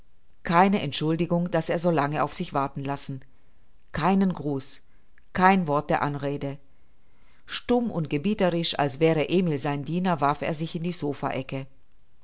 keine entschuldigung daß er so lange auf sich warten lassen keinen gruß kein wort der anrede stumm und gebieterisch als wäre emil sein diener warf er sich in die sopha ecke